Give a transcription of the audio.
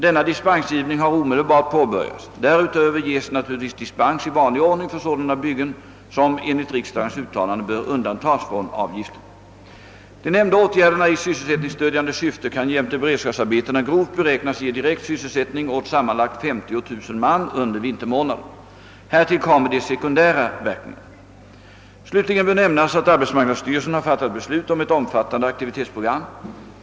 Denna dispensgivning har omedelbart påbörjats. Därutöver ges naturligtvis dispens i vanlig ordning för sådana byggen, som enligt riksdagens uttalande bör undantas från avgiften. De nämnda åtgärderna i sysselsättningsstödjande syfte kan jämte beredskapsarbetena beräknas ge direkt sysselsättning åt sammanlagt ca 50 000 man under vintermånaderna. Härtill kommer de sekundära verkningarna. Slutligen bör nämnas att arbetsmarknadsstyrelsen har fattat beslut om ett omfattande aktivitetsprogram.